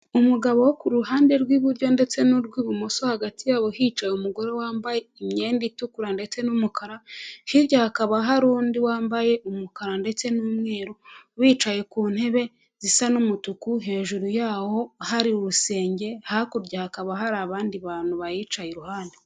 Umugabo ku ruhande rw'iburyo ndetse n'urw'ibumoso hagati yabo hicaye umugore wambaye imyenda itukura ndetse n'umukara. Hirya hakaba hari undi wambaye umukara ndetse n'umweru. Bicaye ku ntebe zisa n'umutuku hejuru yaho hari urusenge hakurya hakaba hari abandi bantu bayicaye iruhande.